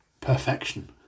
perfection